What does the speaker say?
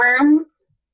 worms